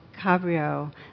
cabrio